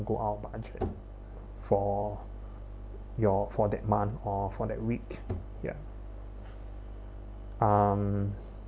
go out of budget for your for that month or for that week ya um